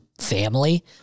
family